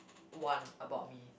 one about me